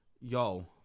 yo